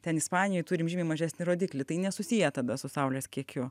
ten ispanijoj turim žymiai mažesnį rodiklį tai nesusiję tada su saulės kiekiu